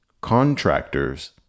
contractors